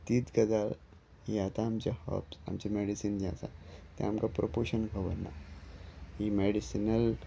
तीच गजाल ही आतां आमचे हब्स आमचें मॅडिसीन जें आसा तें आमकां प्रोपोशन खबर ना ही मेडिसिनल